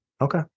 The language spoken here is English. Okay